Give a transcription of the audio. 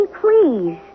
please